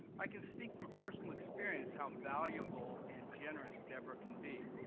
i can speak from personal experience how valuable and generous deborah can be.